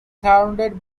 surrounded